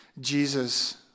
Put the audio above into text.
Jesus